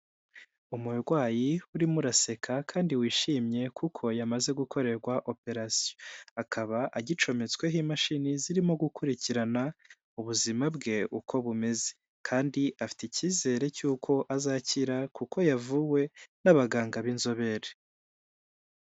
Umurwayi urimo uraseka kandi wishimye kuko yamaze gukorerwa operasiyo akaba agicometsweho imashini zirimo gukurikirana ubuzima bwe uko bumeze, kandi afite icyizere cy'uko azakira kuko yavuwe n'abaganga b'inzobere.